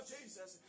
Jesus